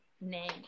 name